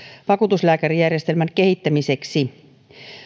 vakuutuslääkärijärjestelmän kehittämiseksi